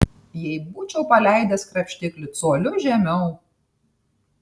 jei būčiau paleidęs krapštiklį coliu žemiau